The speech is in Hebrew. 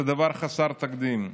זה דבר חסר תקדים.